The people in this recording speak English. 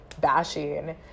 bashing